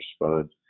respond